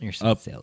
up